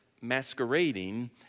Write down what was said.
masquerading